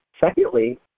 secondly